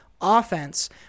offense